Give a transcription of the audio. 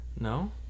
no